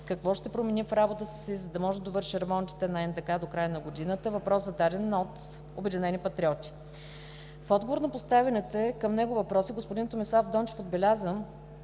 какво ще промени в работата си, за да може да се довърши ремонта на НДК до края на годината (Обединени патриоти). В отговор на поставените към него въпроси господин Томислав Дончев отбеляза,